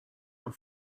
and